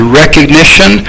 recognition